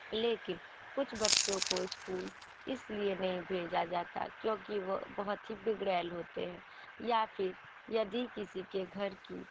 लेकिन कुछ बच्चों को स्कूल इसलिए नहीं भेजा जाता क्योंकि वो बहुत ही बिगड़ैल होते हैं या फ़िर यदि किसी के घर की